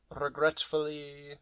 regretfully